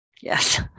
Yes